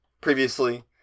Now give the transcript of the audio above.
previously